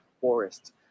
forests